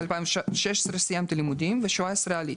בשנת 2016 סיימתי לימודים ובשנת 2017 עליתי.